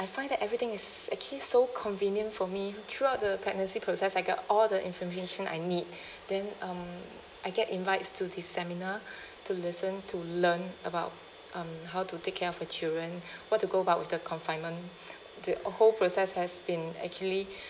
I find that everything is actually so convenient for me throughout the pregnancy process I got all the information I need then um I get invites to the seminar to listen to learn about um how to take care of our children what to go about with the confinement the whole process has been actually